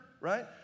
right